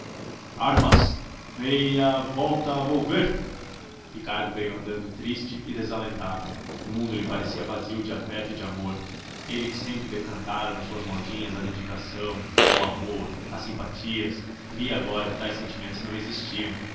armas meia ãã volta volver ricardo veio andando triste e desalentado o mundo lhe parecia vazio de afeto e de amor ele que sempre decantara nas suas modinhas a dedicação o amor as simpatias via agora que tais sentimentos não existiam